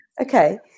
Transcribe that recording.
Okay